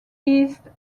east